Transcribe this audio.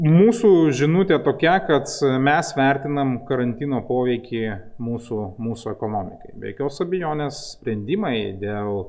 mūsų žinutė tokia kad mes vertinam karantino poveikį mūsų mūsų ekonomikai be jokios abejonės sprendimai dėl